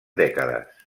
dècades